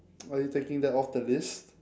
are you taking that off the list